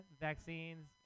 vaccines